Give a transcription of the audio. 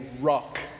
rock